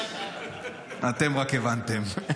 רק אתם הבנתם.